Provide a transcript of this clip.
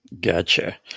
Gotcha